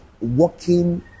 walking